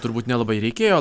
turbūt nelabai reikėjo